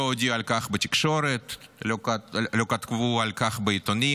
לא הודיעו על כך בתקשורת ולא כתבו על כך בעיתונים,